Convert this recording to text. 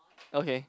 okay